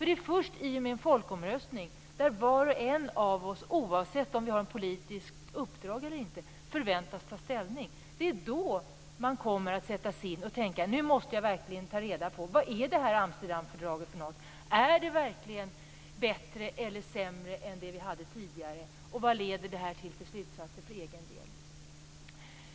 Det är först i och med en folkomröstning där var och en av oss, oavsett om man har ett politiskt uppdrag eller inte, förväntas ta ställning som man kommer att tänka: Nu måste jag verkligen ta reda på vad Amsterdamfördraget är. Är det verkligen bättre eller sämre än det vi hittills haft, och vilka slutsatser leder det till för egen del?